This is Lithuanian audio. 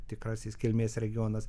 tikrasis kilmės regionas